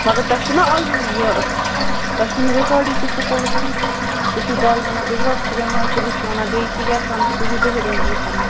مَگَر تۄہہِ چھُو نا آلرٔڈی یہِ تۄہہِ چھُو نہٕ رِکاڈٕے کینٛہہ سکوٗلَس منٛز تُہۍ چھُو کالہٕ وَنان بٕڈِ بَب چھِ بٮ۪مار صُبحَس چھُو وَنان بیٚیہِ کینٛہہ کیٛاہ تام چھُ تُہۍ چھُو دۄہَے دۄہَے ہِتھ وَنان